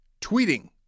Tweeting